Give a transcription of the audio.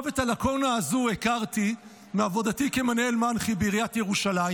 את הלקונה הזו הכרתי מעבודתי כמנהל מנח"י בעיריית ירושלים.